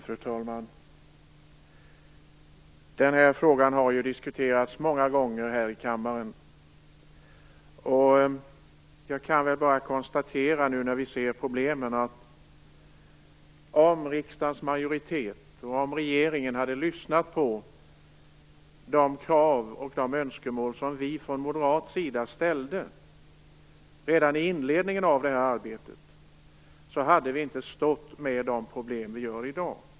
Fru talman! Den här frågan har ju diskuterats många gånger här i kammaren. Nu när vi ser problemen kan jag bara konstatera att om riksdagens majoritet och regeringen hade lyssnat på de krav och de önskemål som vi från moderat sida ställde redan i inledningen av detta arbete, hade vi inte haft de problem som vi har i dag.